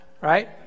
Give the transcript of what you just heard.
Right